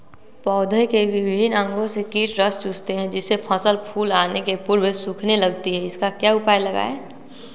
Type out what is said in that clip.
पौधे के विभिन्न अंगों से कीट रस चूसते हैं जिससे फसल फूल आने के पूर्व सूखने लगती है इसका क्या उपाय लगाएं?